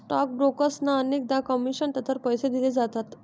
stock ब्रोकर्सना अनेकदा commission तत्त्वावर पैसे दिले जातात